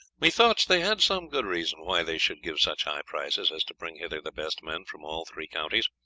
methought they had some good reason why they should give such high prizes as to bring hither the best men from all three counties,